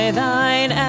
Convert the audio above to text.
thine